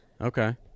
Okay